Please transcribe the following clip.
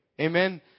Amen